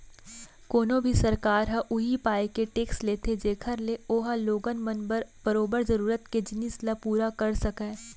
कोनो भी सरकार ह उही पाय के टेक्स लेथे जेखर ले ओहा लोगन मन बर बरोबर जरुरत के जिनिस ल पुरा कर सकय